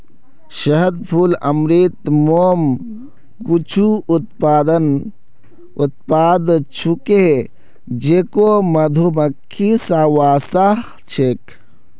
शहद, फूल अमृत, मोम कुछू उत्पाद छूके जेको मधुमक्खि स व स छेक